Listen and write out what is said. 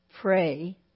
pray